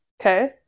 Okay